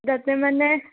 যাতে মানে